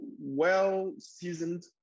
well-seasoned